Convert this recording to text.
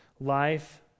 life